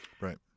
right